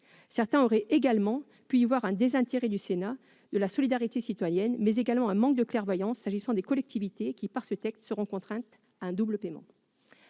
Certains auraient également pu y voir un désintérêt du Sénat pour la solidarité citoyenne, mais aussi un manque de clairvoyance concernant les collectivités, qui, par ce texte, seront contraintes à un double paiement.